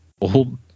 old